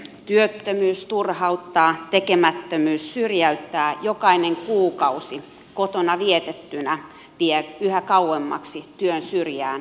työttömyys turhauttaa tekemättömyys syrjäyttää jokainen kuukausi kotona vietettynä vie yhä kauemmaksi työn syrjään pääsemisen